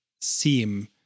seem